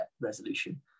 resolution